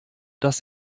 dass